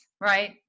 right